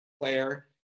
player